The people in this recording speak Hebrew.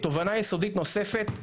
תובנה יסודית נוספת,